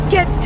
Get